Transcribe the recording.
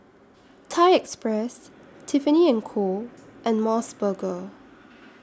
Thai Express Tiffany and Co and Mos Burger